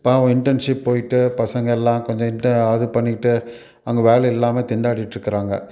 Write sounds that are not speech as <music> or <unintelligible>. பாவம் இன்டெர்ன்ஷிப் போய்ட்டு பசங்கள் எல்லாம் கொஞ்சம் <unintelligible> அது பண்ணிக்கிட்டு அங்கே வேலை இல்லாமல் திண்டாடிட்ருக்கிறாங்க